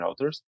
routers